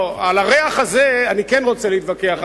על הריח הזה אני כן רוצה להתווכח,